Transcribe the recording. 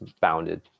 bounded